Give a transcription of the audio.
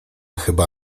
chyba